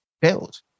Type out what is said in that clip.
build